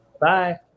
bye